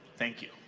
thank you.